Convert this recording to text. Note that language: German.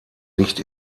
nicht